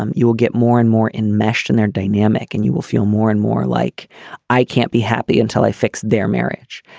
um you will get more and more enmeshed in their dynamic and you will feel more and more like i can't be happy until i fix their marriage.